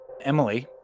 Emily